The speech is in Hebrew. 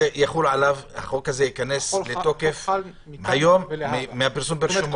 החוק הזה ייכנס לתוקף מהפרסום ברשומות.